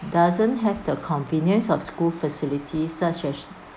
doesn't have the convenience of school facilities such as